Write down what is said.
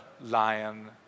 lion